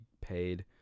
paid